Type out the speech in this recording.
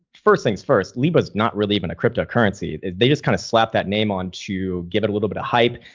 first things first, libra is not really even a cryptocurrency, they just kind of slap that name on to give it a little bit of hype.